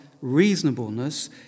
reasonableness